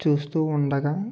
చూస్తూ ఉండగా